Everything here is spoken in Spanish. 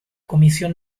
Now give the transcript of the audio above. comisión